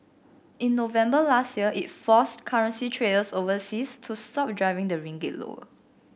in November last year it forced currency traders overseas to stop driving the ringgit lower